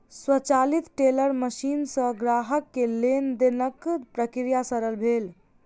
स्वचालित teller machine सॅ ग्राहक के लेन देनक प्रक्रिया सरल भेल